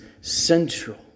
central